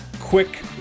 quick